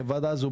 הוועדה הזו,